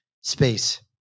space